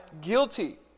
guilty